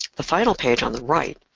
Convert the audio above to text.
the final page, on the right,